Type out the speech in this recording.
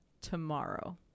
tomorrow